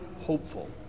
hopeful